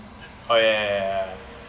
oh ya ya ya ya ya